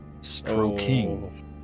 Stroking